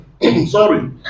Sorry